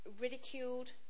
ridiculed